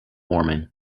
warming